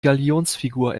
galionsfigur